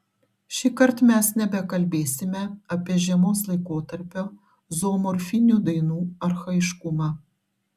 šįkart mes nebekalbėsime apie žiemos laikotarpio zoomorfinių dainų archaiškumą